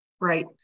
Right